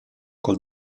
col